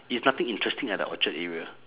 it's nothing interesting at the orchard area